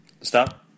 Stop